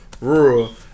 rural